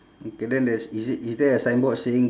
okay then there's is it is there a sign board saying